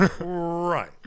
Right